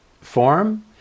form